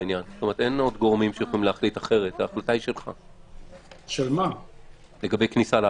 כלומר אין גורמים שיכולים להחליט אחרת - לגבי כניסה לארץ.